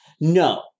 No